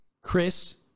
Chris